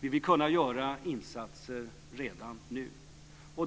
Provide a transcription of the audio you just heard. Vi vill kunna göra insatser redan nu.